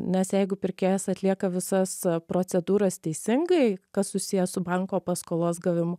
nes jeigu pirkėjas atlieka visas procedūras teisingai kas susiję su banko paskolos gavimu